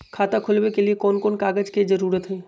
खाता खोलवे के लिए कौन कौन कागज के जरूरत है?